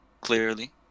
clearly